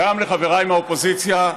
גם לחבריי מהאופוזיציה,